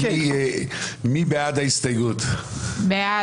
נצביע על הסתייגות 202. מי בעד?